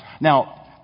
Now